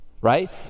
right